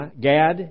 Gad